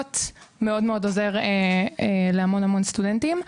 מאוד מאוד עוזר להמון המון סטודנטים.